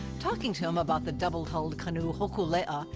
talking to him about the double-hulled canoe hokulea,